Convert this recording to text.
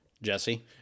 Jesse